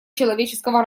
человеческого